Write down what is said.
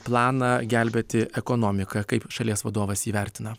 planą gelbėti ekonomiką kaip šalies vadovas jį vertina